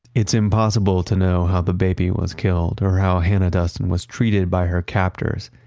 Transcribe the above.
it's impossible to know how the baby was killed or how hannah duston was treated by her captors.